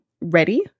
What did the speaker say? ready